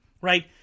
right